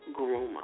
groomer